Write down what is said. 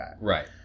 Right